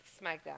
SmackDown